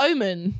Omen